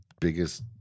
biggest